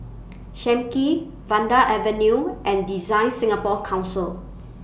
SAM Kee Vanda Avenue and Design Singapore Council